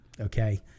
okay